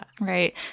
right